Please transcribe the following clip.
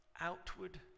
Outward